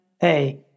Hey